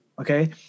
Okay